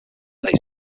day